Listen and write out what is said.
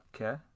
Okay